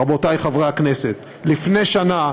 רבותי חברי הכנסת: לפני שנה,